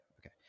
Okay